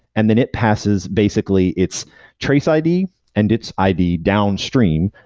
and then it passes basically its trace id and its id downstream,